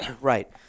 Right